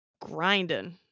grinding